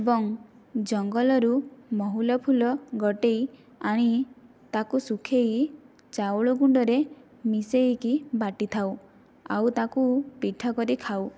ଏବଂ ଜଙ୍ଗଲରୁ ମହୁଲ ଫୁଲ ଗୋଟାଇ ଆଣି ତାକୁ ଶୁଖାଇ ଚାଉଳ ଗୁଣ୍ଡରେ ମିଶାଇକି ବାଟି ଥାଉ ଆଉ ତାକୁ ପିଠା କରି ଖାଉ